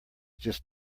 just